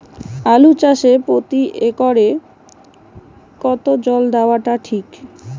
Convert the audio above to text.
আলু চাষে প্রতি একরে কতো জল দেওয়া টা ঠিক?